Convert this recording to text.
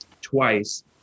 twice